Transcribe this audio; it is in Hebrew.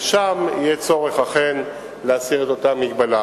יהיה צורך אכן להסיר את אותה מגבלה.